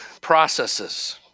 processes